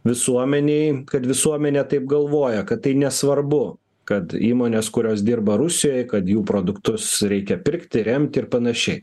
visuomenei kad visuomenė taip galvoja kad tai nesvarbu kad įmonės kurios dirba rusijoje kad jų produktus reikia pirkti remti ir panašiai